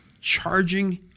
Charging